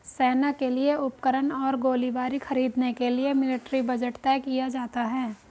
सेना के लिए उपकरण और गोलीबारी खरीदने के लिए मिलिट्री बजट तय किया जाता है